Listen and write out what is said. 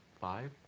Five